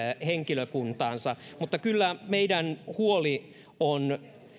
henkilökuntaansa mutta kyllä meidän huoli on